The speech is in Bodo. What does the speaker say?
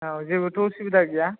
जेबोथ' उसुबिदा गैया